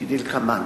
כדלקמן: